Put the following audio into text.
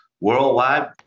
worldwide